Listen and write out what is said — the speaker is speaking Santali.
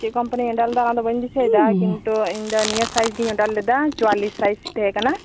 ᱪᱮᱫ ᱠᱳᱢᱯᱟᱱᱤᱧ ᱚᱰᱟᱨ ᱞᱮᱫᱟ ᱚᱱᱟ ᱫᱚ ᱵᱟᱹᱧ ᱫᱤᱥᱟᱹᱭ ᱮᱫᱟ ᱠᱤᱱᱛᱩ ᱤᱧ ᱫᱚ ᱱᱤᱭᱟᱹ ᱥᱟᱭᱤᱡᱽ ᱜᱤᱧ ᱚᱰᱟᱨ ᱞᱮᱫᱟ ᱪᱩᱣᱟᱞᱞᱤᱥ ᱥᱟᱭᱤᱡᱽ ᱛᱟᱦᱮᱸ ᱠᱟᱱᱟ